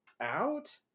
out